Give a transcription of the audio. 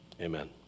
Amen